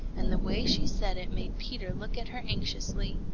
and the way she said it made peter look at her anxiously.